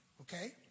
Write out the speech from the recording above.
okay